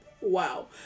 Wow